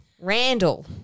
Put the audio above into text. Randall